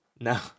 No